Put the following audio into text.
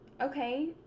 Okay